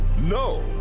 No